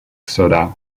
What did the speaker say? soda